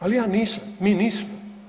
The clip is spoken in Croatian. Ali ja nisam, mi nismo.